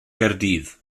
gaerdydd